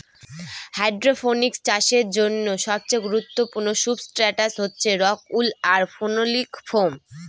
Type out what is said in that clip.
hydroponics চাষের জন্য সবচেয়ে গুরুত্বপূর্ণ সুবস্ট্রাটাস হচ্ছে রক উল আর ফেনোলিক ফোম